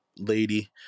lady